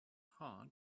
hard